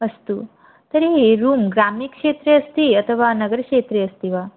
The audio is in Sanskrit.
अस्तु तर्हि रूम् ग्रामिणक्षेत्रे अथवा नगरक्षेत्रे अस्ति वा